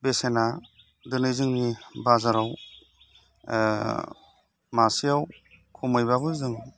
बेसेना दिनै जोंनि बाजाराव मासेयाव खमैबाबो जों